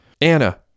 Anna